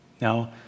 Now